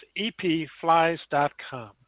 epflies.com